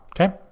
Okay